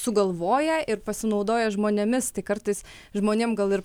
sugalvoja ir pasinaudoja žmonėmis tai kartais žmonėm gal ir